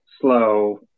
slow